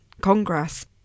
Congress